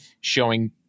showing